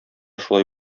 шулай